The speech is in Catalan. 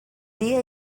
dia